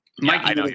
Mike